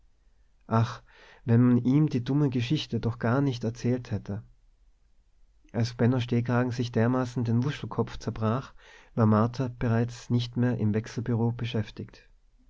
wenn man ihm die dumme geschichte doch gar nicht erzählt hätte als benno stehkragen sich dermaßen den wuschelkopf zerbrach war martha bereits nicht mehr im wechselbureau beschäftigt